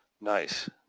Nice